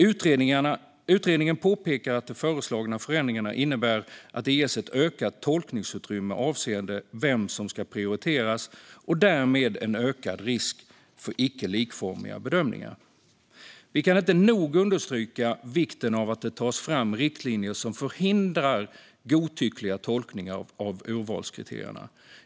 Utredningen påpekar att den föreslagna förändringen innebär att det ges ökat tolkningsutrymme avseende vem som ska prioriteras och därmed en ökad risk för icke likformiga bedömningar. Vi kan inte nog understryka vikten av att det tas fram riktlinjer som förhindrar godtyckliga tolkningar av urvalskriterierna.